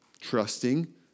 trusting